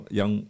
yang